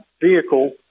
vehicle